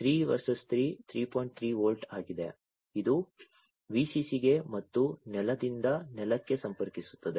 3 volt ಆಗಿದೆ ಇದು Vcc ಗೆ ಮತ್ತು ನೆಲದಿಂದ ನೆಲಕ್ಕೆ ಸಂಪರ್ಕಿಸುತ್ತದೆ